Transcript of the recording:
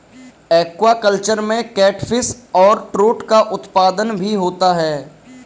aquaculture में catfish और trout का उत्पादन भी होता है